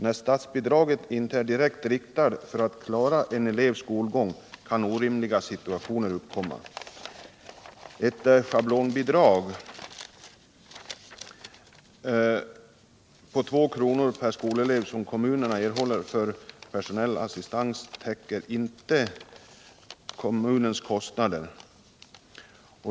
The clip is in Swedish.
När statsbidraget inte är direkt riktat för att klara en elevs skolgång kan orimliga situationer uppkomma. Det schablonbidrag på 2 kr. per grundskoleelev som kommunerna erhåller för personell assistans täcker inte kommunernas kostnader.